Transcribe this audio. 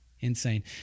insane